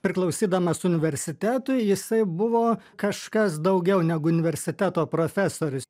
priklausydamas universitetui jisai buvo kažkas daugiau negu universiteto profesorius